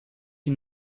you